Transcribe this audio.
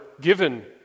given